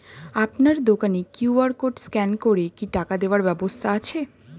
আপনার দোকানে QR code scan করে কি টাকা দেওয়ার ব্যবস্থা আছে?